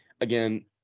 again